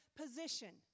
position